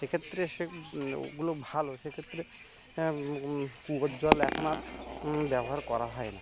এক্ষেত্রে সে ওগুলো ভালো সেক্ষেত্রে কুয়োর জল এখন আর ব্যবহার করা হয় না